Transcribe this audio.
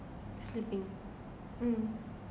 sleeping mm